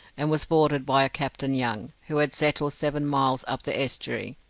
and was boarded by a captain young, who had settled seven miles up the estuary,